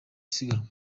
siganwa